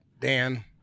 Dan